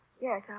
Yes